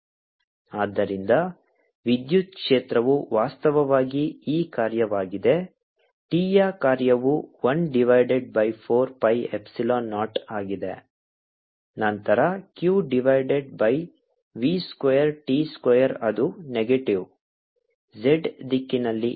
drtdtvrtvtcAt to rt0c0So rtvt ಆದ್ದರಿಂದ ವಿದ್ಯುತ್ ಕ್ಷೇತ್ರವು ವಾಸ್ತವವಾಗಿ E ಕಾರ್ಯವಾಗಿದೆ t ಯ ಕಾರ್ಯವು 1 divided by 4 pi epsilon naught ಆಗಿದೆ ನಂತರ q divided by v square t square ಅದು ನೆಗೆಟಿವ್ z ದಿಕ್ಕಿನಲ್ಲಿ ಇದೆ